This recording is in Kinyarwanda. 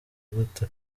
gute